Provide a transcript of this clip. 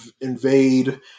invade